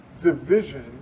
division